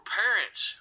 parents